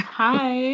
hi